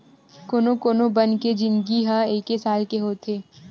कोनो कोनो बन के जिनगी ह एके साल के होथे